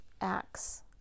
acts